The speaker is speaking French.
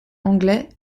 anglais